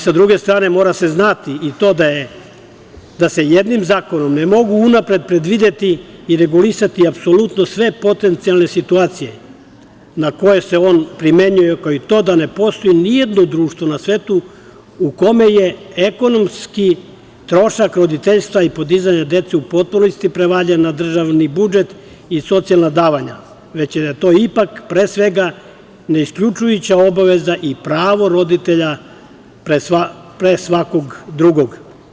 Sa druge strane, mora se znati i to da se jednim zakonom ne mogu unapred predvideti i regulisati apsolutno sve potencijalne situacije na koje se on primenjuje, kao i to da ne postoji ni jedno društvo na svetu u kome je ekonomski trošak roditeljstva i podizanja dece u potpunosti prevaljen na državni budžet i socijalna davanja, već da je to ipak pre svega ne isključujuća obaveza i pravo roditelja pre svakog drugog.